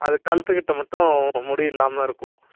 அது கழுத்துக்கிட்ட மட்டும் முடி இல்லாமல் இருக்கும்